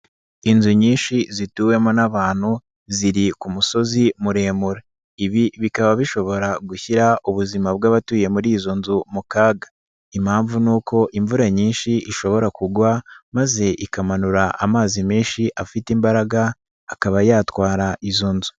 Inzu nyinshi zituwemo n'abantu ziri ku musozi muremure, ibi bikaba bishobora gushyira ubuzima bw'abatuye muri izo nzu mu kaga, impamvu ni uko imvura nyinshi ishobora kugwa maze ikamanura amazi menshi afite imbaraga akaba yatwara izo nzu.